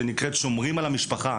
שנקראת שומרים על המשפחה.